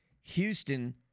Houston